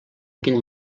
aquell